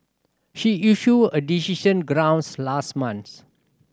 she issued her decision grounds last month